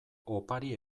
opari